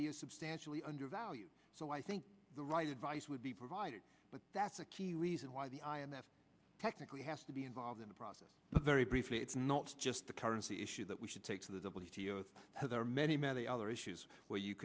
is substantially undervalue so i think the right advice would be provided but that's a key reason why the i m f technically has to be involved in the process but very briefly it's not just the currency issue that we should take for the w t o there are many many other issues where you